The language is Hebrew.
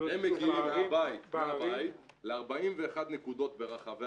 איסוף --- הם מגיעים מהבית ל-41 נקודות ברחבי